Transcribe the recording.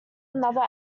another